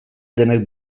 denek